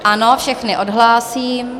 Ano, všechny odhlásím.